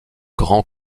grand